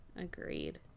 Agreed